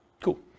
Cool